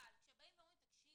אבל כשאומרים, תקשיבי,